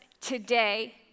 today